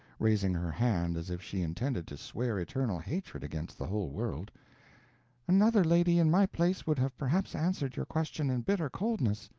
raising her hand as if she intended to swear eternal hatred against the whole world another lady in my place would have perhaps answered your question in bitter coldness.